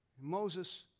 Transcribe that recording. Moses